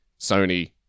Sony